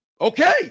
Okay